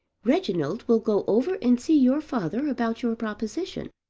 reginald will go over and see your father about your proposition.